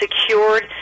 secured